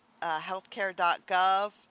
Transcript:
healthcare.gov